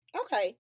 okay